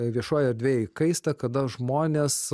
viešoji erdvė įkaista kada žmonės